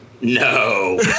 No